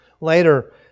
Later